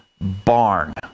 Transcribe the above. barn